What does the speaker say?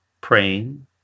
praying